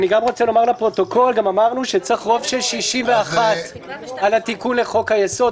אני רוצה לומר לפרוטוקול שצריך רוב של 61 בתיקון לחוק היסוד.